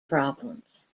problems